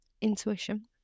Intuition